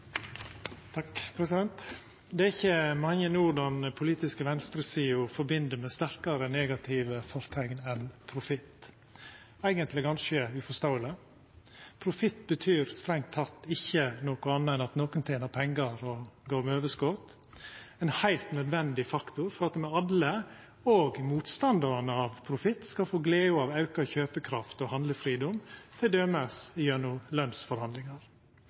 ikkje mange ord den politiske venstresida forbind med sterkare negative forteikn enn profitt. Det er eigentleg ganske uforståeleg, for profitt betyr strengt teke ikkje noko anna enn at nokon tener pengar og går med overskot, ein heilt nødvendig faktor for at me alle – òg motstandarane av profitt – skal få gleda av auka kjøpekraft og handlefridom, t.d. gjennom